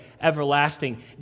everlasting